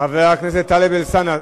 חבר הכנסת טלב אלסאנע,